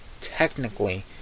technically